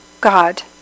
God